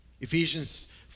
Ephesians